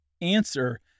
answer